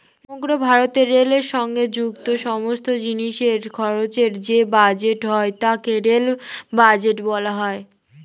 সমগ্র ভারতে রেলের সঙ্গে যুক্ত সমস্ত জিনিসের খরচের যে বাজেট হয় তাকে রেল বাজেট বলা হয়